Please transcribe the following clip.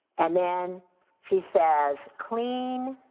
and then she says, clean